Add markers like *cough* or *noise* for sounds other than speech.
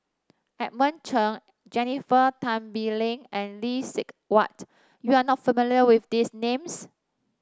Edmund Cheng Jennifer Tan Bee Leng and Lee *unintelligible* Huat you are not familiar with these names